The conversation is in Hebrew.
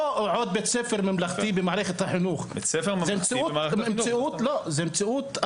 לא מדובר בעוד בית ספר ממלכתי במערכת החינוך אלא במציאות אחרת.